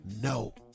no